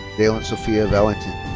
dalyn sophia valentin.